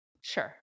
Sure